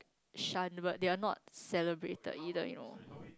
shunned but they're not celebrated either you know